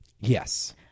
Yes